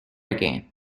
again